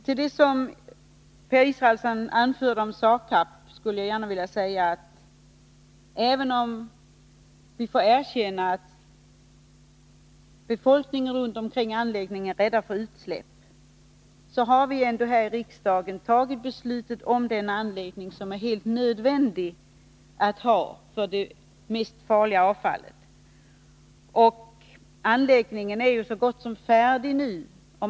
Till det som Per Israelsson anförde om SAKAB skulle jag gärna vilja säga att även om vi får erkänna att befolkningen runt omkring anläggningen är rädd för utsläpp, så har vi ändå här i riksdagen fattat beslutet om denna anläggning, som är helt nödvändig för det mest farliga avfallet. Anläggningen är ju nu så gott som färdig.